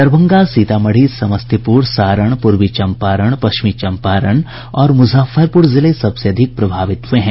दरभंगा सीतामढ़ी समस्तीपुर सारण पूर्वी चंपारण पश्चिमी चंपारण और मुजफ्फरपुर जिले सबसे अधिक प्रभावित हुए हैं